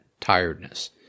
tiredness